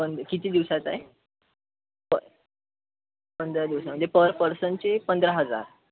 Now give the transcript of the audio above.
पण किती दिवसाचं आहे बरं पंधरा दिवसाचं पर पर्सनचे पंधरा हजार